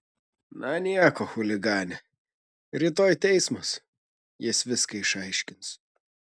na nieko chuligane rytoj teismas jis viską išaiškins